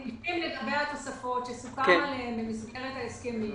הסעיפים לגבי התוספות שסוכם עליהן במסגרת ההסכמים,